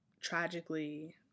tragically